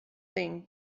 thing